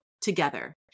together